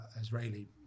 Israeli